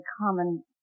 common